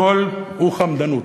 הכול הוא חמדנות,